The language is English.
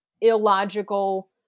illogical